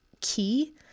key